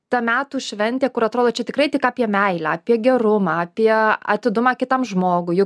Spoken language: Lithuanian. ta metų šventė kur atrodo čia tikrai tik apie meilę apie gerumą apie atidumą kitam žmogui juk